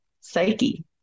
psyche